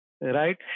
right